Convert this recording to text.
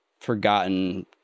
forgotten